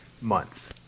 months